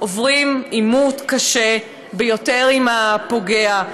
עוברים עימות קשה ביותר עם הפוגע.